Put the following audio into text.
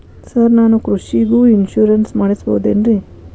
Sir ನಾನು ಕೃಷಿಗೂ insurance ಮಾಡಸಬಹುದೇನ್ರಿ?